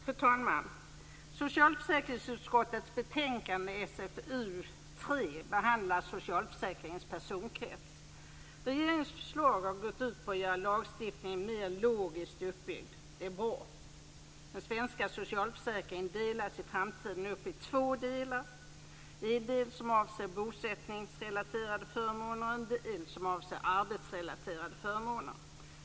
Fru talman! Socialförsäkringsutskottets betänkande SfU3 behandlar socialförsäkringens personkrets. Regeringens förslag har gått ut på att göra lagstiftningen mer logiskt uppbyggd. Det är bra. Den svenska socialförsäkringen delas i framtiden upp i två delar, en del som avser bosättningsrelaterade förmåner och en del som avser arbetsrelaterade förmåner.